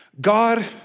God